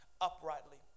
uprightly